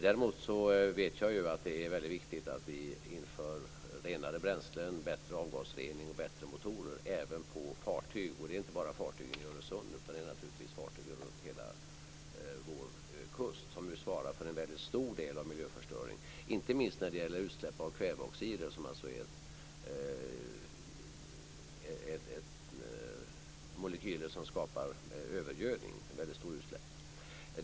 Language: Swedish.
Däremot vet jag ju att det är väldigt viktigt att vi inför renare bränslen, bättre avgasrening och bättre motorer även på fartyg. Och det gäller inte bara fartygen i Öresund utan naturligtvis även fartygen runt hela vår kust som ju svarar för en mycket stor del av miljöförstöringen, inte minst när det gäller utsläpp av kväveoxider som är molekyler som skapar övergödning i väldigt stor utsträckning.